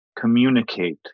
communicate